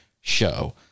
show